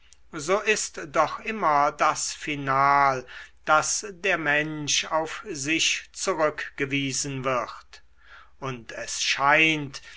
so ist doch immer das final daß der mensch auf sich zurückgewiesen wird und es scheint